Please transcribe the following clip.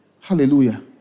Hallelujah